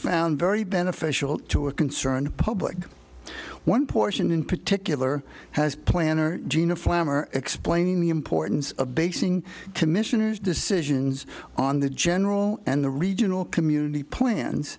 found very beneficial to are concerned public one portion in particular has planner gina farmer explain the importance of basing commissioners decisions on the general and the regional community plans